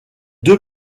deux